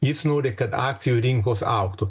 jis nori kad akcijų rinkos augtų